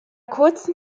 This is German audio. kurzen